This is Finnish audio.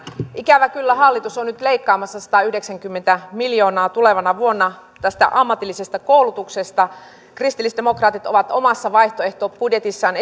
ikävä kyllä hallitus on nyt leikkaamassa satayhdeksänkymmentä miljoonaa tulevana vuonna tästä ammatillisesta koulutuksesta kristillisdemokraatit ovat omassa vaihtoehtobudjetissaan